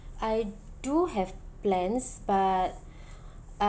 I do have plans but uh